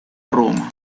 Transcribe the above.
roma